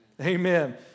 Amen